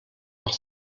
noch